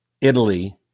italy